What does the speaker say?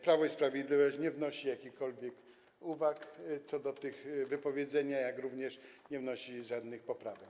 Prawo i Sprawiedliwość nie wnosi jakichkolwiek uwag co do tych wypowiedzeń, jak również nie wnosi żadnych poprawek.